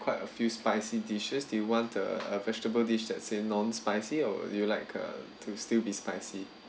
quite a few spicy dishes do you want uh the vegetable dish let say non-spicy or do you like uh to still be spicy